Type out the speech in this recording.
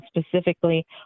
specifically